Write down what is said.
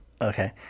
Okay